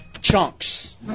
Chunks